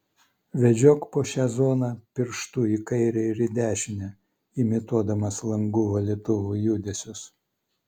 vedžiok po šią zoną pirštu į kairę ir į dešinę imituodamas langų valytuvų judesius